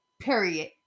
Period